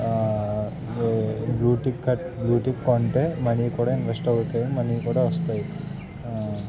blue tick cut blue tick కొంటే money కూడా invest అవుతాయి మనీ కూడా వస్తాయి